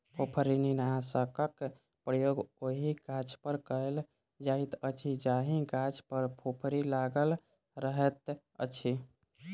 फुफरीनाशकक प्रयोग ओहि गाछपर कयल जाइत अछि जाहि गाछ पर फुफरी लागल रहैत अछि